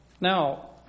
Now